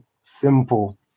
Simple